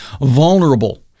vulnerable